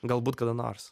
galbūt kada nors